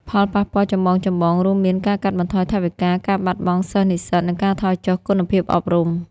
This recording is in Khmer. ផលប៉ះពាល់ចម្បងៗរួមមាន ការកាត់បន្ថយថវិកា ការបាត់បង់សិស្សនិស្សិត និងការថយចុះគុណភាពអប់រំ។